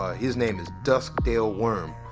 ah his name is dusk dale worm.